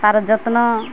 ତାର ଯତ୍ନ